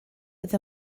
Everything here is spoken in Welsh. oedd